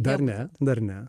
dar ne dar ne